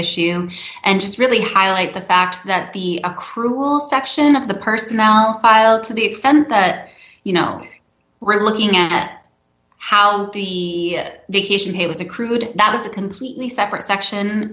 issue and just really highlight the fact that the a cruel section of the personnel file to the extent that you know we're looking at how the vacation pay was a crude that was a completely separate section